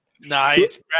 Nice